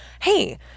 hey